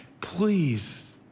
please